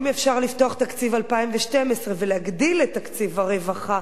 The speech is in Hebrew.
ואם אפשר לפתוח את תקציב 2012 ולהגדיל את תקציב הרווחה,